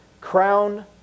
crown